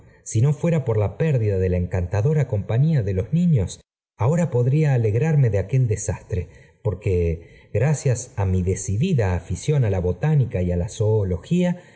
si no fuerapor la pérdida de la encanta r dora compañía de los niños ahora podría alegrarme de aquel desastre porque gracias a mi decidida afición a fí ra p r ue ias é mi d cidida afición á la botánica y á la